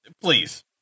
Please